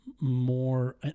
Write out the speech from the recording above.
more